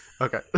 Okay